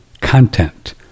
content